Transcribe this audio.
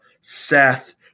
Seth